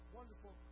wonderful